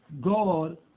God